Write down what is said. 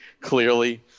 clearly